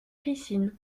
piscine